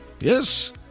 Yes